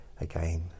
Again